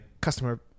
customer